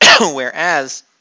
Whereas